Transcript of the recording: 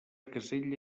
casella